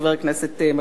חבר הכנסת מג'אדלה,